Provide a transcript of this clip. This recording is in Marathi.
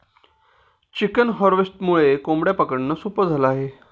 चिकन हार्वेस्टरमुळे कोंबड्या पकडणं सोपं झालं आहे